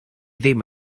ddim